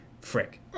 Frick